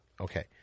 Okay